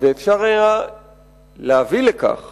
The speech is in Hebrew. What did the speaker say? ואפשר היה להביא לכך